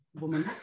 woman